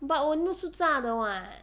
but 我也没有吃炸的 [what]